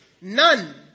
None